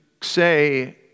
say